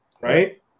right